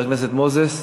חבר הכנסת מוזס,